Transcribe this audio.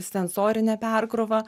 sensorinę perkrovą